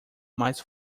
mas